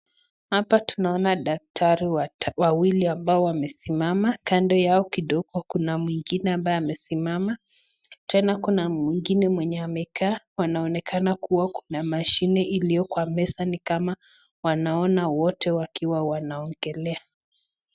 Hapa tunaona daktari wawili ambao wamesimama, kando yao kidogo kuna mwingine ambaye amesimama, tena kuna mwingine mwenye amekaa, wanaonekana kuwa kuna mashine iliyo kwa meza ni kama wanaona wote wakiwa wanaongelea.